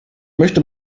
möchte